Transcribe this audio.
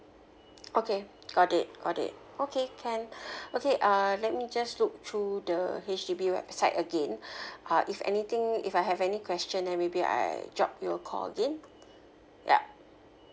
okay got it got it okay can okay uh let me just look through the H_D_B website again uh if anything if I have any question then maybe I'll drop you a call again ya